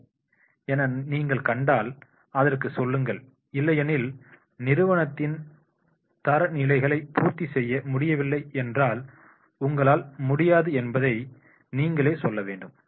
சரி என நீங்கள் கண்டால் அதற்கு சொல்லுங்கள் இல்லையெனில் நிறுவனத்தின் தரநிலைகளை பூர்த்தி செய்ய முடியவில்லை என்றால் உங்களால் முடியாது என்பதை நீங்கள் சொல்ல வேண்டும்